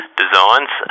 designs